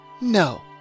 No